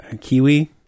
kiwi